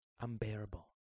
unbearable